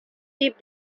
deep